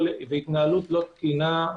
והתנהלות לא תקינה,